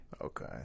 Okay